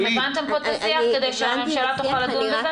אתם הבנתם פה את השיח, כדי שהממשלה תוכל לדון בזה?